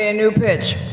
and new pitch.